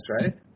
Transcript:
right